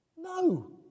No